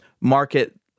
market